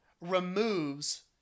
removes